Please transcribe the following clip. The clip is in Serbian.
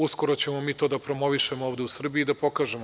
Uskoro ćemo mi to da promovišemo ovde u Srbiji i da pokažemo.